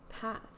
path